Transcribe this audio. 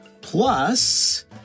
Plus